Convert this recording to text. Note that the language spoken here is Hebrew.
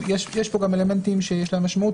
יש פה גם אלמנטים שיש להם משמעות.